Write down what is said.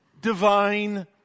divine